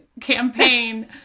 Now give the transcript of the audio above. campaign